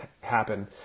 happen